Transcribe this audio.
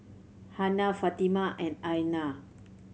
Hana Fatimah and Aina